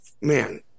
man